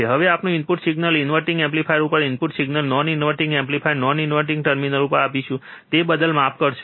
હવે આપણે input signal inverting amplifier ઉપર input signal non inverting amplifier non inverting terminal ઉપર આપીશું તે બદલ માફ કરશો